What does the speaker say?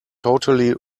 totally